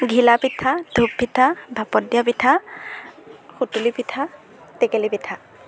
ঘিলা পিঠা ঢোপ পিঠা ভাপত দিয়া পিঠা সুতুলি পিঠা টেকেলি পিঠা